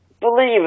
Believe